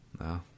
No